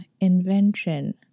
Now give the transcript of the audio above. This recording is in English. invention